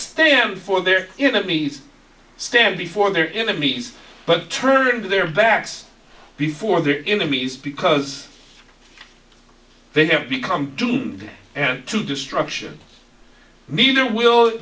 stand for their enemies stand before their enemies but turned their backs before their enemies because they have become doomed to destruction neither will